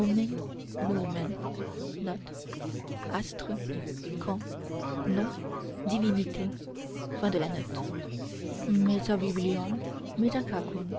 camp nom divinité